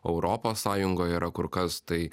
o europos sąjungoj yra kur kas tai